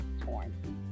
torn